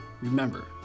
Remember